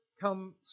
come